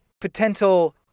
potential